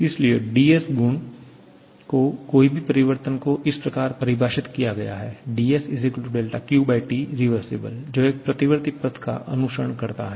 इसलिए dS गुण में कोई भी परिवर्तन को इस प्रकार परिभाषित किया गया है dS QT rev जो एक प्रतिवर्ती पथ का अनुसरण करता है